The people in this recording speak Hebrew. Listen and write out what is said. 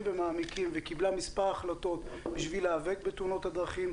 ומעמיקים וקיבלה מספר החלטות בשביל להיאבק בתאונות הדרכים.